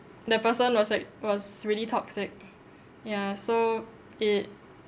that person was like was really toxic ya so it